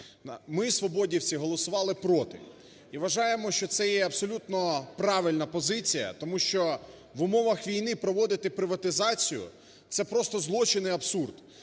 Ми, свободівці, голосували "проти", і вважаємо, що це є абсолютно правильна позиція, тому що в умовах війни проводити приватизацію – це просто злочин і абсурд,